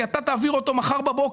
כי אתה תעביר אותו מחר בבוקר,